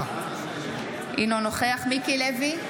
אינו נוכח מיקי לוי,